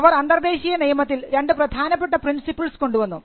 അവർ അന്തർദേശീയ നിയമത്തിൽ രണ്ടു പ്രധാനപ്പെട്ട പ്രിൻസിപ്പിൾസ് കൊണ്ടുവന്നു